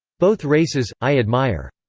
both races, i admire.